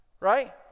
Right